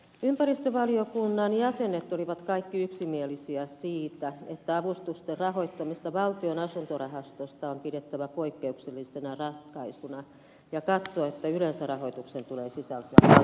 ympäristövaliokunnan jäsenet olivat kaikki yksimielisiä siitä että avustusten rahoittamista valtion asuntorahastosta on pidettävä poikkeuksellisena ratkaisuna ja katsoi että yleisen rahoituksen tulee pitää pitää